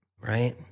right